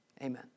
Amen